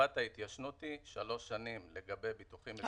תקופת ההתיישנות היא שלוש שנים לגבי ביטוחים.